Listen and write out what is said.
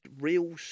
real